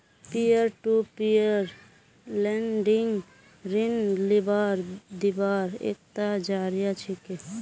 peer to peer lending ऋण लीबार दिबार एकता जरिया छिके